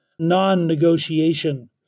non-negotiation